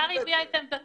השר לא הביע את עמדתו.